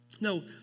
No